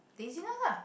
laziness ah